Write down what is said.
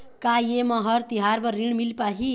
का ये म हर तिहार बर ऋण मिल पाही?